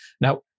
Now